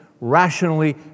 rationally